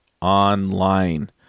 online